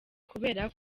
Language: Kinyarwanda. kubera